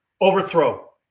Overthrow